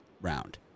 round